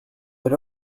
but